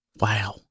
wow